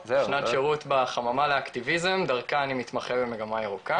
שנת שירות בחממה לאקטיביזם דרכה אני מתמחה במגמה ירוקה.